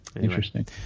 Interesting